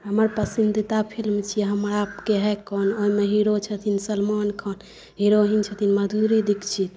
हमर पसंदीदा फिल्म छियै हम आपके है कौन ओहिमे हीरो छथिन सलमान खान हीरोईन छथिन माधुरी दीक्षित